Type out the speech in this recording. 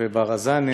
וברזני.